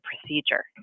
procedure